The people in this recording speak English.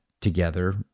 together